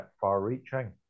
far-reaching